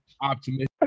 optimistic